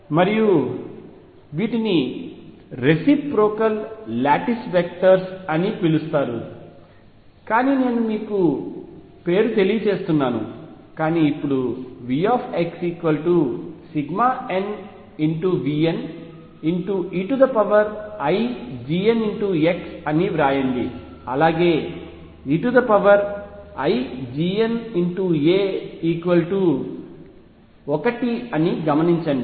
మరియు వీటిని reciprocal lattice vectors అని పిలుస్తారు కానీ నేను మీకు పేరు తెలియచేస్తున్నాను కానీ ఇప్పుడు V nVneiGnx వ్రాయండి అలాగే eiGna1అని గమనించండి